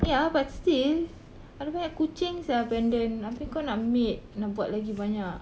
ya but still ada banyak kucing sia abandon abeh kau nak mate nak buat lagi banyak